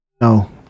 No